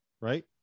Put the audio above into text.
right